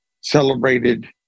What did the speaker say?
celebrated